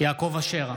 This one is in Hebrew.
יעקב אשר,